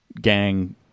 gang